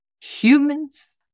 humans